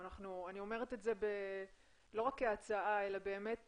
אני אומרת את זה לא רק כהצעה אלה כבקשה